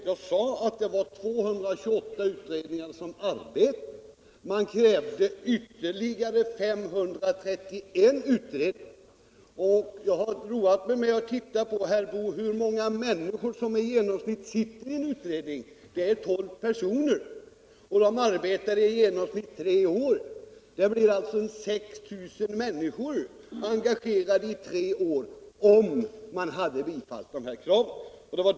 Jag sade att 228 utredningar redan arbetade och man krävde ytterligare 531 utredningar. Jag har, herr Boo, roat mig med att titta på hur många människor som i genomsnitt sitter i en utredning. Det är 10-12 personer. De arbetar i genomsnitt tre år. Om alla krav på utredningar hade bifallits skulle alltså c:a 6 000 människor ha blivit engagerade i tre år.